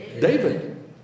David